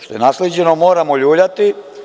Što je nasleđeno - moramo ljuljati.